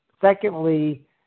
Secondly